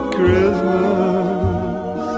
Christmas